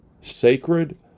sacred